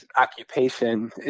occupation